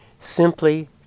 simply